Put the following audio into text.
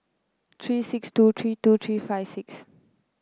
three six two three two three five six